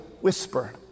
whisper